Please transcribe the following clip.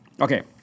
Okay